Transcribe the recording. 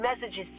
messages